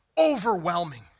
overwhelming